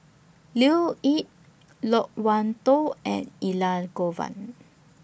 Leo Yip Loke Wan Tho and Elangovan